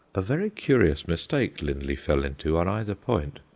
a very curious mistake lindley fell into on either point.